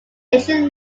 ancient